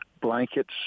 Blankets